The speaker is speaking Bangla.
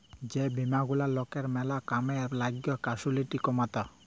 যে বীমা গুলা লকের ম্যালা কামে লাগ্যে ক্যাসুয়ালটি কমাত্যে